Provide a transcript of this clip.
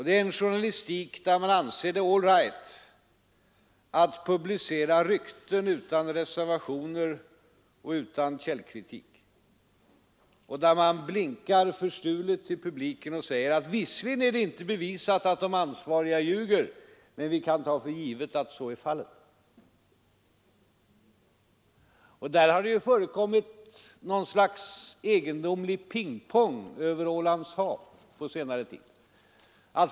Det är en journalistik där man anser det all right att publicera rykten utan reservationer och utan källkritik och där man blinkar förstulet till publiken och säger: Visserligen är det inte bevisat att de ansvariga ljuger, men vi kan ta för givet att så är fallet. Det har ju förekommit något slags egendomlig pingpong över Ålands hav på senare tid.